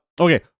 Okay